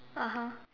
(uh huh)